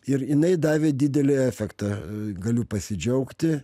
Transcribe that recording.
ir jinai davė didelį efektą galiu pasidžiaugti